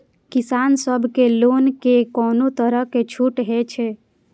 किसान सब के लोन में कोनो तरह के छूट हे छे?